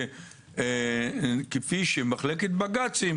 כפי שמחלקת בג"צים,